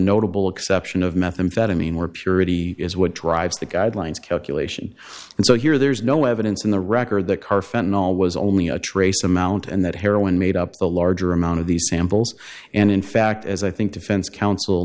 notable exception of methamphetamine where purity is what drives the guidelines calculation and so here there's no evidence in the record that car fentanyl was only a trace amount and that heroin made up the larger amount of these samples and in fact as i think defense counsel